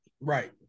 right